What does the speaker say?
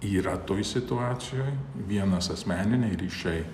yra toj situacijoj vienas asmeniniai ryšiai